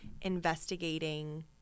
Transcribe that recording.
investigating